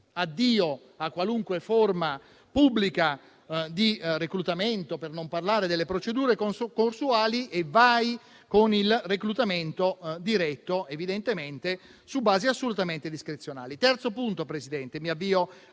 Addio a qualunque forma pubblica di reclutamento, per non parlare delle procedure concorsuali, e vai con il reclutamento diretto, evidentemente su basi assolutamente discrezionali. Avviandomi alla